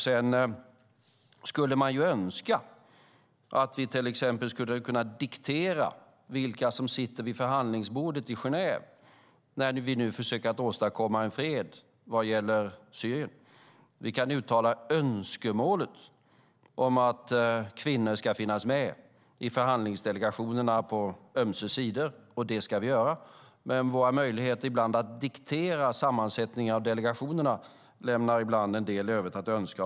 Sedan skulle man önska att vi till exempel skulle kunna diktera vilka som sitter vid förhandlingsbordet i Genève, när vi nu försöker åstadkomma fred vad gäller Syrien. Vi kan uttala önskemålet att kvinnor ska finnas med i förhandlingsdelegationerna på ömse sidor, och det ska vi göra. Men våra möjligheter att diktera sammansättningar av delegationer lämnar ibland en del övrigt att önska.